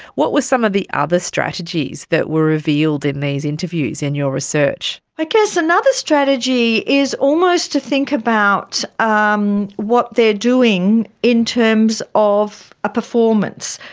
what were some of the other that were revealed in these interviews, in your research? i guess another strategy is almost to think about um what they are doing in terms of a performance.